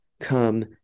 come